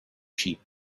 sheep